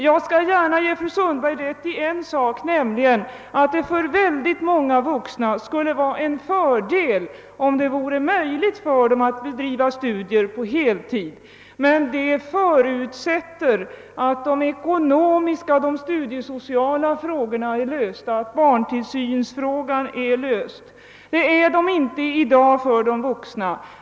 Jag skall gärna ge fru Sundberg rätt i en sak, nämligen att det för många vuxna skulle vara en fördel om det för dem vore möjligt att bedriva studier på heltid. Det förutsätter emellertid att de ekonomiska och studiesociala frågorna är lösta och att barntillsynsfrågan också är löst. Det är de inte i dag för de vuxna.